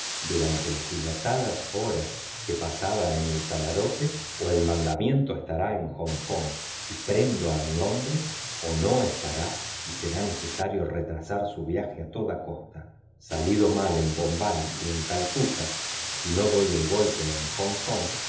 durante las dilatadas horas que pasaba en el camarote o el mandamiento estará en hong kong y prendo a mi hombre o no estará y será necesario retrasar su viaje a toda costa salido mal en bombay y en calcuta si no doy el golpe en hong kong